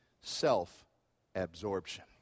self-absorption